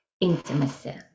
intimacy